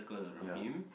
ya